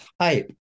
type